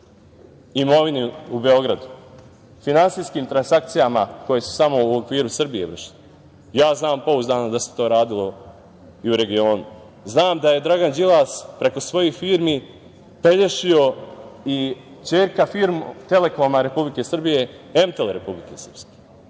imovini u Beogradu, finansijskim transakcijama koje su samo u okviru Srbije. Ja znam pouzdano da se to radilo i u regionu. Znam da je Dragan Đilas preko svojih firmi pelješio i ćerka firmu Telekoma Republike Srbije M:tl Republike Srpske.